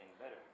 better